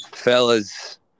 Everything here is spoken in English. Fellas